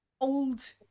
old